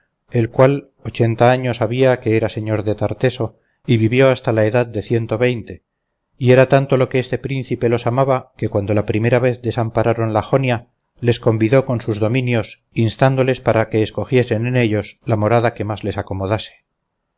el cual ochenta años había que era señor de tarteso y vivió hasta la edad de ciento veinte y era tanto lo que este príncipe los amaba que cuando la primera vez desampararon la jonia les convidó con sus dominios instándoles para que escogiesen en ellos la morada que más les acomodase